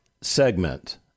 segment